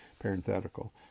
parenthetical